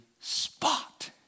spot